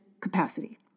capacity